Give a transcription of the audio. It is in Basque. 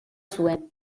zuen